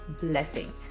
blessing